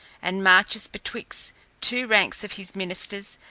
and marches betwixt two ranks of his ministers,